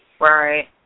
Right